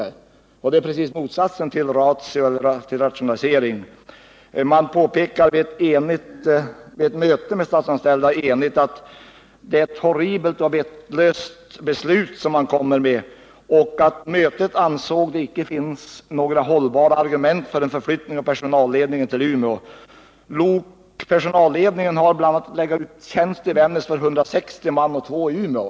Och vansinne är precis motsatsen till förstånd eller rationalisering. Vid ett möte med Statsanställdas medlemmar uttalades enhälligt att SJ har fattat ett horribelt och vettlöst beslut. Mötet ansåg icke att det fanns några hållbara argument för en förflyttning av personalledningen till Umeå. De tjänster som lokpersonalledningen bl.a. svarar för rör 160 man i Vännäs och 2 i Umeå.